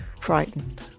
frightened